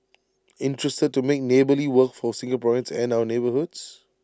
interested to make neighbourly work for Singaporeans and our neighbourhoods